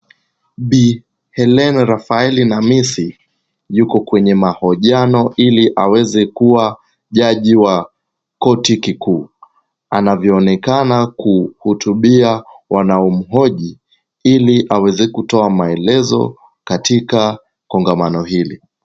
Bi. Helene Rafaela Namisi, yuko kwenye mahojiano ili aweze kuwa jaji wa korti kikuu. Anavyoonekana kuhutubia wanaomuhoji, ili aweze kutoa maelezo katika kongamano hili.